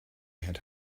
had